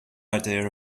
idea